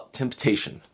temptation